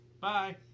Bye